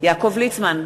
יעקב ליצמן,